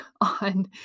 on